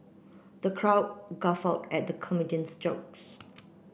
the crowd guffawed at the comedian's jokes